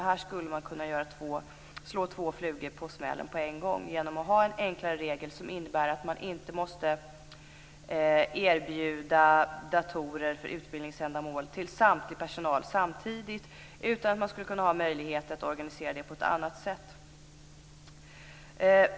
Här skulle man kunna slå två flugor i en smäll genom att ha en enklare regel som innebär att man inte måste erbjuda datorer för utbildningsändamål till samtlig personal samtidigt, utan man skall ha möjlighet att organisera det på ett annat sätt.